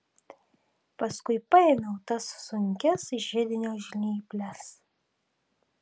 paskui paėmiau tas sunkias židinio žnyples